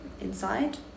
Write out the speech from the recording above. inside